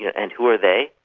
yeah and who are they?